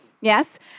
yes